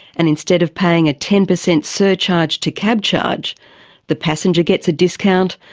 and instead of paying a ten percent surcharge to cabcharge the passenger gets a discount,